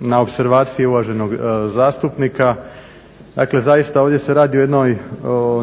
na opservacije uvaženog zastupnika. Dakle, zaista ovdje se radi o jednoj